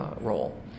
role